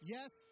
Yes